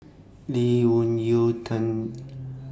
Lee Wung Yew Tan